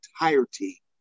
entirety